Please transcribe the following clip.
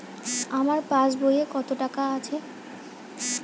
আমার পাস বইয়ে কত টাকা আছে?